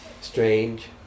strange